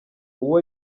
uwo